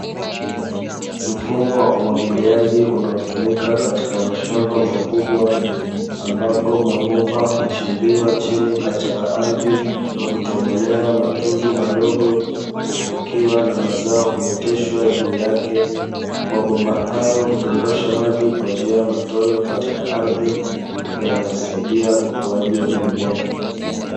Mfumo wa umwagiliaji unaotumika katika mashamba makubwa ambapo mabomba huchimbiwa chini katika ardhi kutobolewa matundu madogo hufukiwa na mazao huoteshwa juu yake, mabomba hayo hudondosha maji kwa njia ya matone katika ardhi yanayosaidia ukuaji wa mimea.